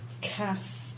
Cast